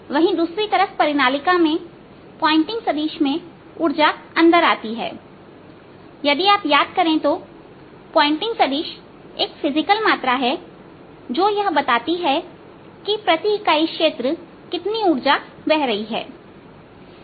वहीं दूसरी तरफ परिनालिका में पॉइंटिंग सदिश में ऊर्जा अंदर आती है यदि आप याद करें तो पॉइंटिंग सदिश एक फिजिकल मात्रा हैजो यह बताती है कि प्रति इकाई क्षेत्र कितनी उर्जा बह रही है